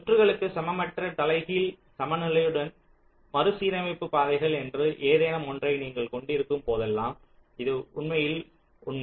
சுற்றுகளுக்கு சமமற்ற தலைகீழ் சமநிலையுடன் மறுசீரமைப்பு பாதைகள் என்று ஏதேனும் ஒன்றை நீங்கள் கொண்டிருக்கும் போதெல்லாம் இது உண்மையில் உண்மை